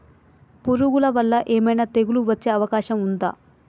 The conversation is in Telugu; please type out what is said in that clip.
పురుగుల వల్ల ఏమైనా తెగులు వచ్చే అవకాశం ఉందా?